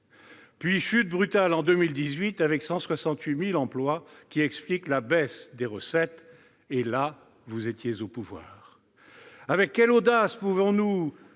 une chute brutale en 2018, avec 168 000 emplois, ce qui explique la baisse des recettes. Or là, vous étiez au pouvoir ! Quelles audaces pouvons-nous